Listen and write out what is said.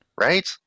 Right